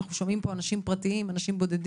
אנחנו שומעים פה אנשים פרטיים, אנשים בודדים,